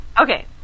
Okay